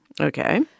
Okay